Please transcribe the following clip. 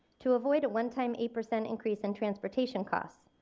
to avoid a one time eight percent increase in transportation costs.